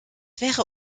wäre